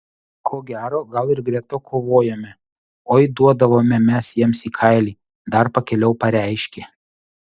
ko gero gal ir greta kovojome oi duodavome mes jiems į kailį dar pakiliau pareiškė